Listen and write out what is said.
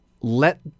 let